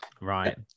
right